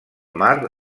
mar